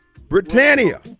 Britannia